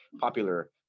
popular